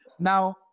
Now